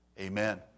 Amen